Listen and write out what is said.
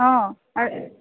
অঁ আৰু